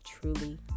truly